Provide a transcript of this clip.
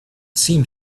seemed